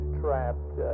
trapped